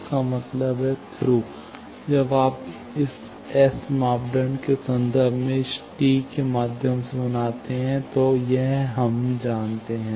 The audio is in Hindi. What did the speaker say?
इसका मतलब है थ्रू जब आप इस एस मापदंडों के संदर्भ में इस टी के माध्यम से बनाते हैं तो हम जानते हैं